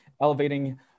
elevating